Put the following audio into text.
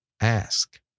ask